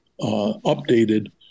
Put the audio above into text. updated